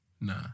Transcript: Nah